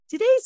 Today's